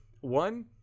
One